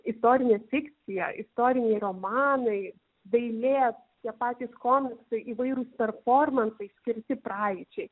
istorinė fikcija istoriniai romanai dailė tie patys komiksai įvairūs performansai skirti praeičiai